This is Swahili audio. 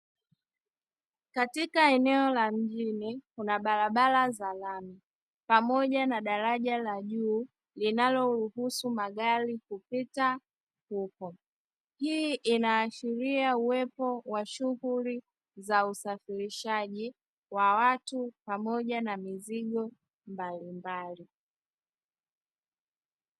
Katika eneo la mjini kuna barabara za lami, pamoja na daraja la juu linaloruhusu magari kupita huko. Hii inaashiria uwepo wa shughuli za usafirishaji wa watu pamoja na mizigo mbalimbali.